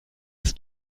das